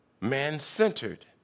man-centered